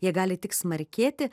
jie gali tik smarkėti